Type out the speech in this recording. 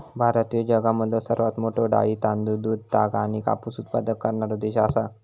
भारत ह्यो जगामधलो सर्वात मोठा डाळी, तांदूळ, दूध, ताग आणि कापूस उत्पादक करणारो देश आसा